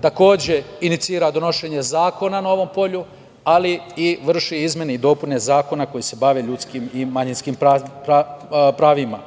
Takođe, inicira donošenje zakona na ovom polju, ali i vrši izmene i dopune zakona koji se bave ljudskim i manjinskim pravima.